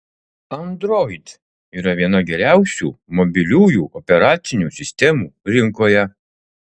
android yra viena geriausių mobiliųjų operacinių sistemų rinkoje